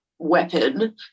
weapon